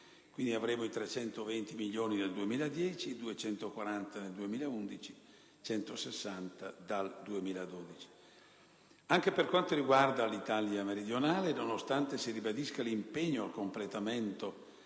Avremo poi 320 milioni nel 2010, 240 nel 2011 e 160 dal 2012. Anche per quanto riguarda l'Italia meridionale, nonostante si ribadisca l'impegno al completamento